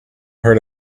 heard